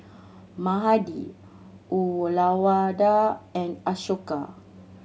Mahade Uyyalawada and Ashoka